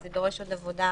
ודורש עוד עבודה